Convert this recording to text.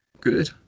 good